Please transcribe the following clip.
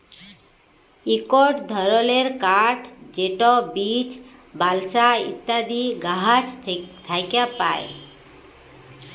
ইকট ধরলের কাঠ যেট বীচ, বালসা ইত্যাদি গাহাচ থ্যাকে পায়